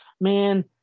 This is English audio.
man